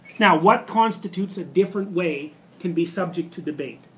now, what constitutes a different way can be subject to debate.